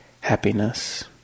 happiness